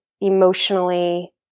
emotionally